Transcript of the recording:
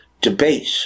debate